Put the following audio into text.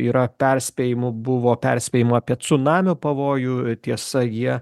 yra perspėjimų buvo perspėjimų apie cunamio pavojų tiesa jie